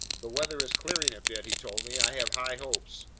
the weather is clearing a bit, he told me. i have high hopes.